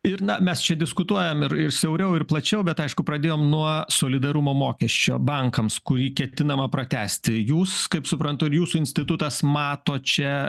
ir na mes čia diskutuojam ir ir siauriau ir plačiau bet aišku pradėjom nuo solidarumo mokesčio bankams kurį ketinama pratęsti jūs kaip suprantu ir jūsų institutas mato čia